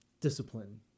discipline